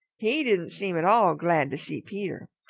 he didn't seem at all glad to see peter.